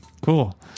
Cool